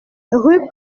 rue